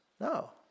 No